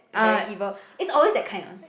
very evil it's always that kind ah